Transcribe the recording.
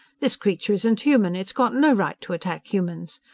this creature isn't human! it's got no right to attack humans!